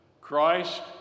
Christ